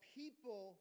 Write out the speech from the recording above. people